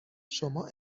شما